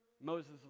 Moses